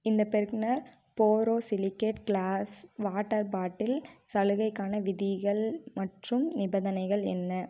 இந்த Bergner borosilicate glass water bottle சலுகைக்கான விதிகள் மற்றும் நிபந்தனைகள் என்ன